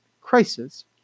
crisis